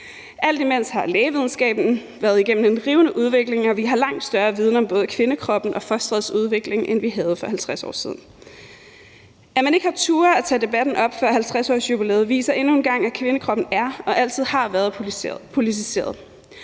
Alt imens har lægevidenskaben været igennem en rivende udvikling, og vi har langt større viden om både kvindekroppen og fosterets udvikling, end vi havde for 50 år siden. At man ikke har turdet at tage debatten op før 50-årsjubilæet, viser endnu en gang, at kvindekroppen er og altid har været politiseret,